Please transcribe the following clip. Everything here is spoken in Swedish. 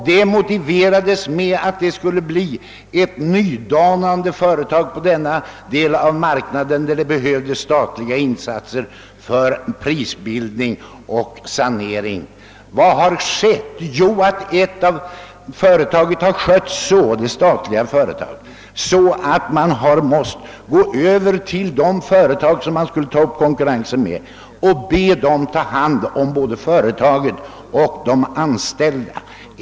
Denna motiverades med att det skulle bli ett nydanande företag på denna del av marknaden, där statliga insatser behövdes för prisbildning och sanering. Men vad har inträffat? Jo, det statliga företaget har skötts på ett sådant sätt, att man nu har måst gå över till de företag som man skulle ta upp konkurrens med och be dem ta hand om både företaget och de anställda.